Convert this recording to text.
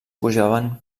pujaven